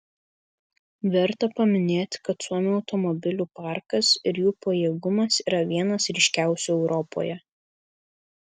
verta paminėti kad suomių automobilių parkas ir jų pajėgumas yra vienas ryškiausių europoje